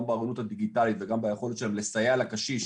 באוריינות הדיגיטלית וגם ביכולת שלהם לסייע לקשיש,